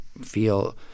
feel